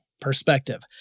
perspective